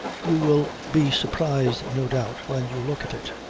you will be surprised, no doubt, when you look at it.